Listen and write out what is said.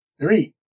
Three